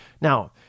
Now